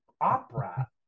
opera